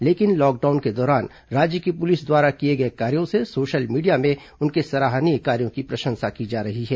लेकिन लॉकडाउन के दौरान राज्य की पुलिस द्वारा किए गए कार्यों से सोशल मीडिया में उनके सराहनीय कार्यों की प्रशंसा की जा रही है